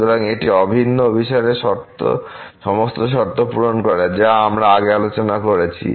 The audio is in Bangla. সুতরাং এটি অভিন্ন অভিসারের সমস্ত শর্ত পূরণ করে যা আমরা আগে আলোচনা করেছি